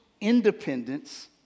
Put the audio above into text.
independence